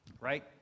right